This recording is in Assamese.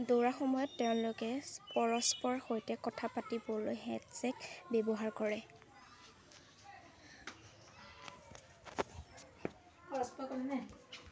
দৌৰাৰ সময়ত তেওঁলোকে পৰস্পৰৰ সৈতে কথা পাতিবলৈ হেডছেট ব্যৱহাৰ কৰে